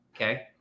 Okay